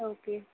okay